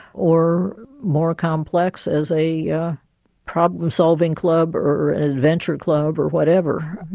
or more complex as a yeah problem-solving club, or or adventure club or whatever.